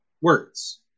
words